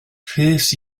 rhys